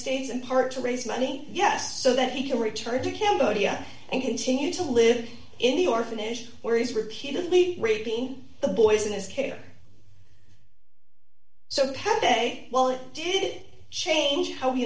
states in part to raise money yes so that he can return to cambodia and continue to live in the orphanage where he's repeatedly raping the boys in his care so pet day well it did change how we